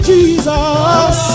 Jesus